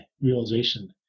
realization